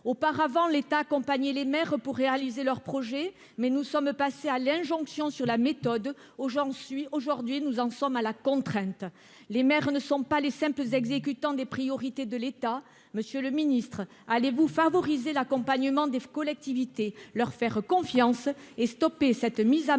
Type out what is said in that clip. Auparavant, l'État accompagnait les maires pour réaliser leurs projets, mais nous sommes passés à la méthode de l'injonction ; désormais, nous en sommes à la contrainte. Les maires ne sont pas les simples exécutants des priorités de l'État. Monsieur le ministre, allez-vous favoriser l'accompagnement des collectivités, leur faire confiance et stopper cette mise à mal